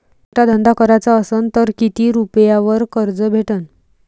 छोटा धंदा कराचा असन तर किती रुप्यावर कर्ज भेटन?